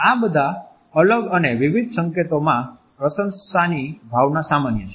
આ બધા અલગ અને વિવિધ સંકેતોમાં પ્રશંસાની ભાવના સામાન્ય છે